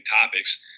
topics